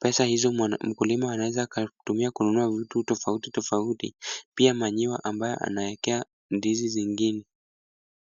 Pesa hizo mkulima anaweza akatumia kununua vitu tofauti tofauti. Pia manyua ambayo anawekea ndizi zingine.